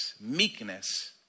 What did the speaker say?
meekness